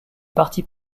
partit